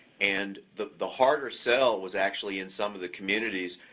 and the the harder sell was actually in some of the communities,